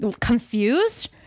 confused